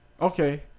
Okay